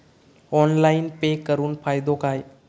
Online pay करुन फायदो काय?